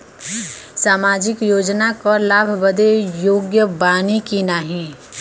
सामाजिक योजना क लाभ बदे योग्य बानी की नाही?